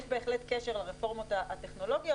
יש בהחלט קשר לרפורמות הטכנולוגיות,